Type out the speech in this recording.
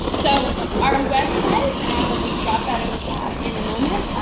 so our website, and i will just drop that in the chat in a moment,